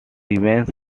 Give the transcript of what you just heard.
remains